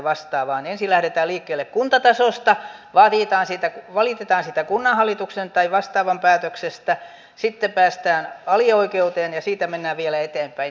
ensin lähdetään liikkeelle kuntatasosta valitetaan kunnanhallituksen tai vastaavan päätöksestä sitten päästään alioikeuteen ja siitä mennään vielä eteenpäin